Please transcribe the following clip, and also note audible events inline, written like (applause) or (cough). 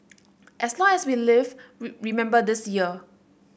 as long as we live (unintelligible) remember this year